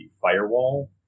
firewall